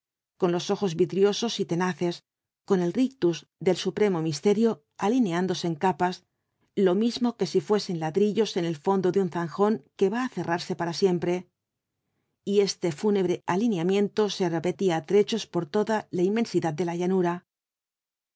con los ojos vidriosos y tenaces con el rictus del supremo misterio alineándose en capas lo mismo que si fuesen ladrillos en el fondo de un zanjón que va á cerrarse para siempre y este fúnebre alineamiento se repetía á trechos por toda la inmensidad de la llanura